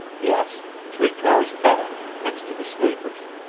yes, three cars back next to the sleepers.